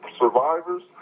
survivors